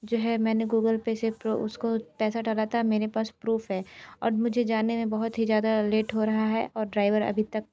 जो है मैंने गूगल पे से प्रो उसको पैसा डाला था मेरे पास प्रूफ है और मुझे जाने में बहुत ही ज़्यादा लेट हो रहा है और ड्राइवर अभी तक